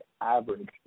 average